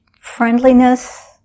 friendliness